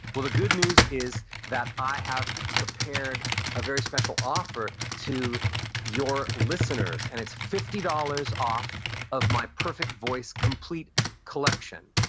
well, the good news is that i have prepared a very special offer to your listeners, and it's fifty dollars off of my perfect voice complete collection,